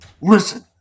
Listen